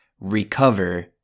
recover